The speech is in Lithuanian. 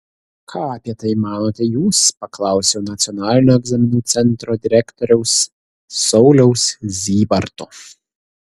ką apie tai manote jūs paklausiau nacionalinio egzaminų centro direktoriaus sauliaus zybarto